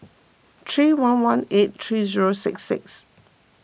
three one one eight three zero six six